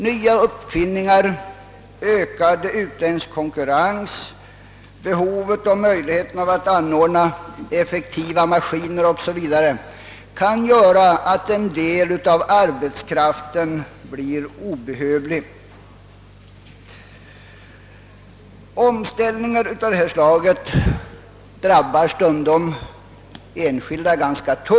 Nya uppfinningar, ökad utländsk konkurrens, behovet och möjligheterna att installera effektiva maskiner o.s.v. kan göra att en del av arbetskraften blir obehövlig. Omställningar av detta slag drabbar stundom den enskilde ganska hårt.